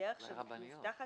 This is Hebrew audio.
ובדרך שמאובטחת